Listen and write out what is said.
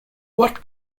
what